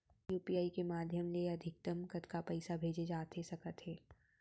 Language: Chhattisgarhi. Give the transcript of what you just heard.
यू.पी.आई के माधयम ले अधिकतम कतका पइसा भेजे जाथे सकत हे?